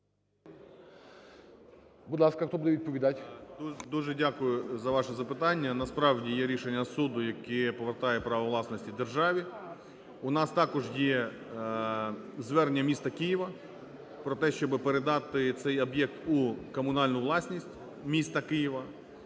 Дуже дякую за ваше запитання. Насправді, є рішення суду, яке повертає право власності державі. У нас також є звернення міста Києва про те, щоби передати цей об'єкт у комунальну власність міста Києва.